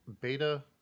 beta